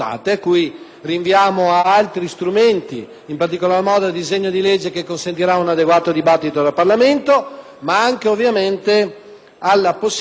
rinviamo ad altri strumenti, in particolar modo al disegno di legge che consentirà un adeguato dibattito del Parlamento, ma anche ovviamente alla possibilità